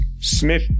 Smith